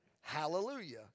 hallelujah